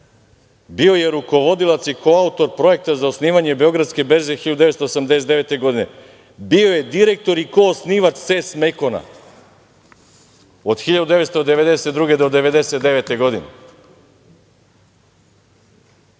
bio je rukovodilac i koautor projekta za osnivanje Beogradske berze 1989. godine, bio je direktor i koosnivač "Ces Mekona" od 1992. do 1999. godine.